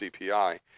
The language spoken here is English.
CPI